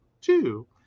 Two